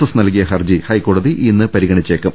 S നൽകിയ ഹർജി ഹൈക്കോടതി ഇന്ന് പരിഗണിച്ചേക്കും